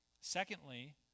Secondly